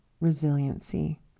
resiliency